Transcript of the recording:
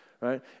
right